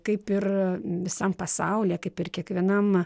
kaip ir visam pasaulyje kaip ir kiekvienam